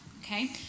Okay